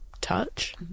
touch